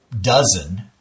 dozen